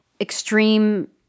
extreme